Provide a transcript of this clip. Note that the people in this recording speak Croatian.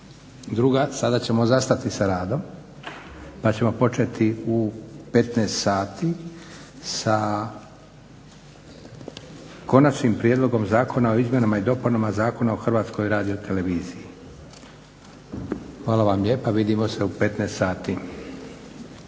1. Sada ćemo zastati sa radom, pa ćemo početi u 15,00 sati sa Konačnim prijedlogom zakona o izmjenama i dopunama Zakona o Hrvatskoj radioteleviziji. Hvala vam lijepa. Vidimo se u 15,00 sati.